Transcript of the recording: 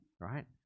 right